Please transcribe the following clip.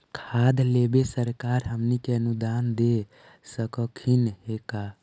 खाद लेबे सरकार हमनी के अनुदान दे सकखिन हे का?